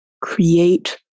create